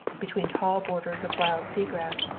between tall borders of wild sea grass,